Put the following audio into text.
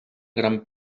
gran